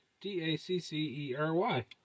D-A-C-C-E-R-Y